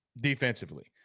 defensively